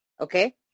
Okay